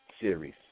series